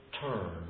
turn